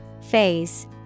Phase